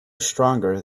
stronger